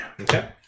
Okay